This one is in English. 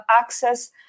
access